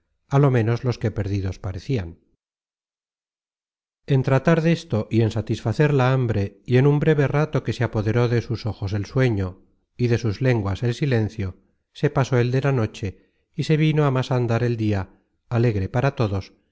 á lo ménos los que perdidos parecian content from google book search generated at en tratar desto y en satisfacer la hambre y en un breve rato que se apoderó de sus ojos el sueño y de sus lenguas el silencio se pasó el de la noche y se vino á más andar el dia alegre para todos